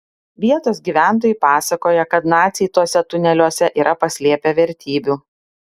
vietos gyventojai pasakoja kad naciai tuose tuneliuose yra paslėpę vertybių